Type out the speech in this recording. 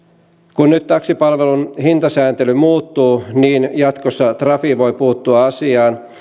kun nyt taksipalvelun hintasääntely muuttuu niin jatkossa trafi voi puuttua asiaan